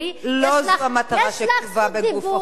לא זאת המטרה שכתובה בגוף החוק.